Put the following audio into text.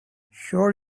sure